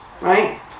right